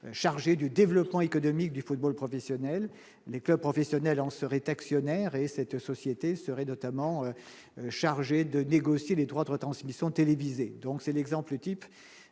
chargée du développement économique du football professionnel, les clubs professionnels en serait actionnaire et cette société serait notamment chargé de négocier les droits de retransmission télévisée, donc c'est l'exemple type